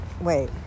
wait